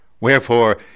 Wherefore